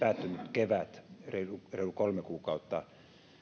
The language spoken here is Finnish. kevät reilu kolme kuukautta